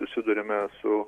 susiduriame su